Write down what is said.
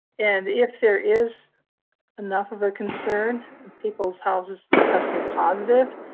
and if there is enough of a concern of people's houses testing positive,